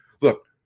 look